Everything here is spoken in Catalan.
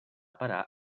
parar